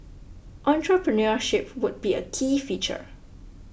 entrepreneurship would be a key feature